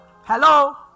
Hello